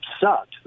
sucked